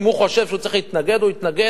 אם הוא חושב שהוא צריך להתנגד הוא יתנגד.